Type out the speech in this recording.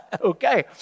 Okay